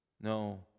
No